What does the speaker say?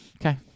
Okay